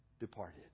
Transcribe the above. departed